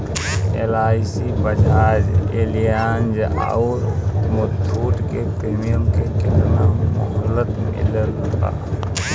LIC Bajaj Allianz आउर मुथूट के premium के केतना मुहलत मिलल बा?